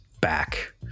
back